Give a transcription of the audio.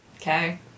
Okay